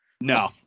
No